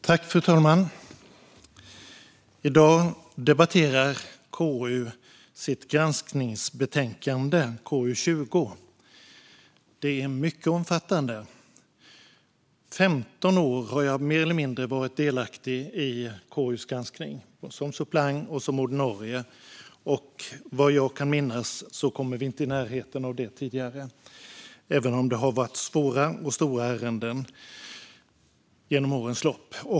Fru talman! I dag debatterar KU sitt granskningsbetänkande KU20, som är mycket omfattande. Under 15 år har jag varit mer eller mindre delaktig i KU:s granskning som suppleant eller ordinarie. Vad jag kan minnas har vi tidigare inte kommit i närheten av detta, även om det har varit svåra och stora ärenden genom årens lopp.